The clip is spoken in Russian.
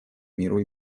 миру